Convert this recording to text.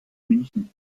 münchen